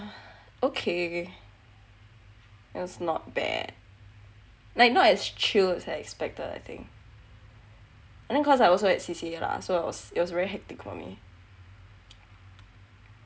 okay it was not bad like not as chill as I expected I think and then cause I also had C_C_A lah so it was it was really hectic for me